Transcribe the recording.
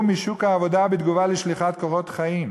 משוק העבודה בתגובה לשליחת קורות חיים.